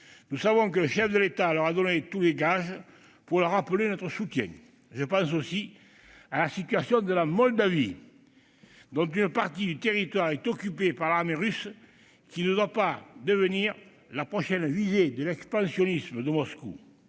Nous savons que le chef de l'État leur a donné tous les gages de notre soutien. Je pense aussi à la situation de la Moldavie, dont une partie du territoire est occupée par l'armée russe, et qui ne doit pas devenir la prochaine visée de l'expansionnisme de Moscou.